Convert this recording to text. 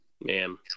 Man